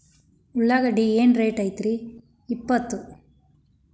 ಉಳ್ಳಾಗಡ್ಡಿ ಏನ್ ರೇಟ್ ಐತ್ರೇ ಇಪ್ಪತ್ತು?